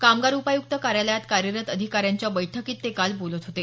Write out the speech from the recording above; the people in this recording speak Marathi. कामगार उपायुक्त कार्यालयात कार्यरत अधिकाऱ्यांच्या बैठकीत ते काल बोलत होते